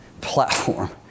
platform